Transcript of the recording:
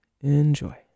Enjoy